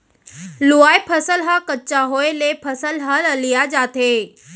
लूवाय फसल ह कच्चा होय ले फसल ह ललिया जाथे